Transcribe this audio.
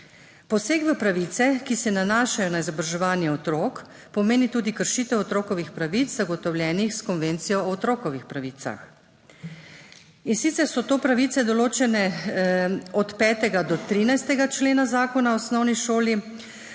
Poseg v pravice, ki se nanašajo na izobraževanje otrok pomeni tudi kršitev otrokovih pravic, zagotovljenih s Konvencijo o otrokovih pravicah, in sicer so to pravice, določene od 5. do 13. člena Zakona o osnovni šoli: